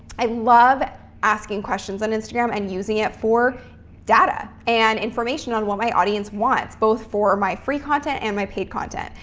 i love asking questions on instagram and using it for data and information on what my audience wants, both for my free content and my paid content.